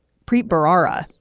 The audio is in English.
preet bharara,